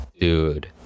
Dude